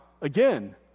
again